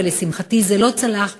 ולשמחתי זה לא צלח,